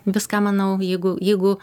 viską manau jeigu jeigu